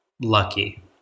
lucky